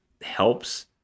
helps